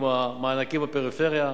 כמו המענקים בפריפריה,